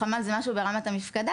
החמ"ל זה משהו ברמת המפקדה.